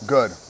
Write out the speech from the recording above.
Good